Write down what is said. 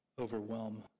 overwhelm